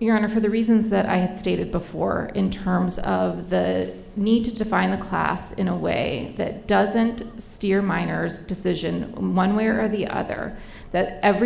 you're in or for the reasons that i had stated before in terms of the need to define the class in a way that doesn't steer minors decision one way or the other that every